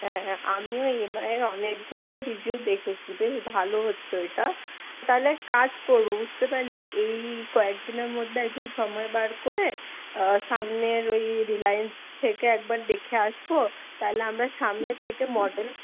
হ্যাঁ হ্যাঁ আমি ঐ এম আইয়ের অনেক রিভিউ দেখেছি বেশ ভালো হচ্ছে ওইটা তাহলে এক কাজ করবো বুঝতে পারলি এই কয়েক দিনের মধ্যে সময় বার করে সামনের ঐ রিলাইন্স থেকে একবার দেখে আসবো তাহলে আমরা সামনের থেকে মডেল